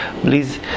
please